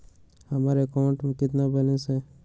हमारे अकाउंट में कितना बैलेंस है?